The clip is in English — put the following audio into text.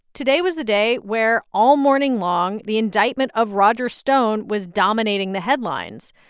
today was the day where, all morning long, the indictment of roger stone was dominating the headlines.